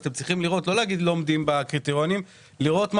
לא צריכים לומר: לא עומדים בקריטריונים אלא לראות מה